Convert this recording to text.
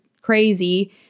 crazy